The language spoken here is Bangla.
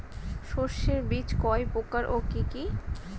শস্যের বীজ কয় প্রকার ও কি কি?